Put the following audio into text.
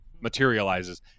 materializes